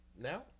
now